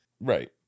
right